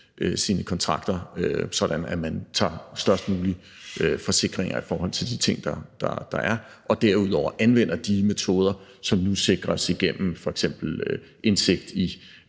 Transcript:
sine kontrakter, så man tager flest mulige forsikringer i forhold til de ting, der er, og derudover anvender de metoder, som nu sikres igennem f.eks. indsigt i